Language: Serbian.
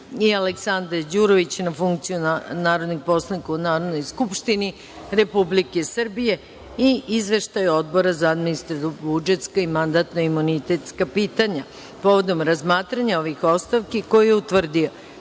Aleksandre Đurović na funkciju narodnih poslanika u Narodnoj skupštini Republike Srbije i Izveštaj Odbora za administrativno-budžetska i mandatno-imunitetska pitanja Narodne skupštine povodom razmatranja ovih ostavki, koji je utvrdio